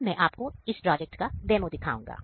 अब मैं आपको इस प्रोजेक्ट का डेमो दिखाऊंगा